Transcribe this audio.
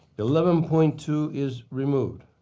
eleven point two is removed.